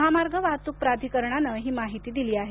महामार्ग वाहतूक प्राधिकरणानं ही माहिती दिली आहे